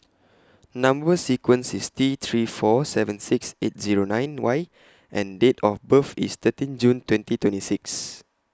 Number sequence IS T three four seven six eight Zero nine Y and Date of birth IS thirteen June twenty twenty six